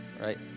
right